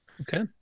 Okay